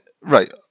Right